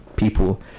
people